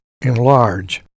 enlarge